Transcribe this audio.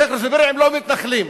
אקרית ובירעם לא מתנחלים,